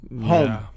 home